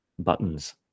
buttons